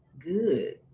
good